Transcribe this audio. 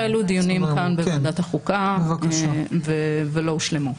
החלו דיונים פעם בוועדת החוקה, ולא הושלמו.